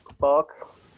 fuck